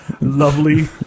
lovely